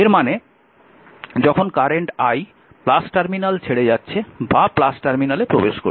এর মানে যখন কারেন্ট i টার্মিনাল ছেড়ে যাচ্ছে বা টার্মিনালে প্রবেশ করছে